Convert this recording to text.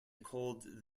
called